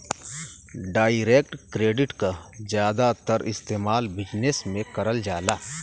direct credit क जादातर इस्तेमाल बिजनेस में करल जाला